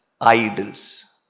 idols